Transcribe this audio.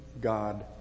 god